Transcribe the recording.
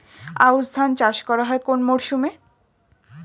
আউশ ধান চাষ করা হয় কোন মরশুমে?